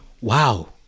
Wow